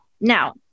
Now